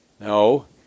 No